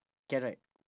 can right